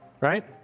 right